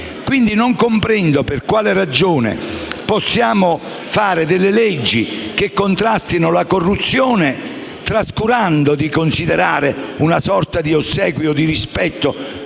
Quindi, non comprendo per quale ragione possiamo fare leggi che contrastano la corruzione, trascurando di considerare una sorta di ossequio e rispetto